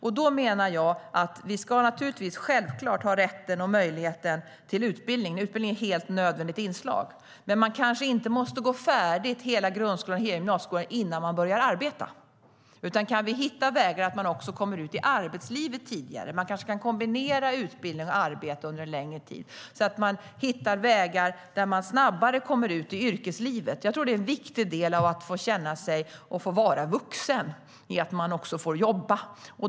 Jag menar att man självklart ska ha rätt och möjlighet till utbildning. Utbildning är ett helt nödvändigt inslag. Men man måste kanske inte gå färdigt hela grundskolan och gymnasieskolan innan man börjar arbeta. Vi kan hitta vägar så att man kommer ut i arbetslivet tidigare. Man kanske kan kombinera utbildning och arbete under en längre tid och komma ut i yrkeslivet snabbare. En viktig del i att få känna sig och vara vuxen är att man får jobba.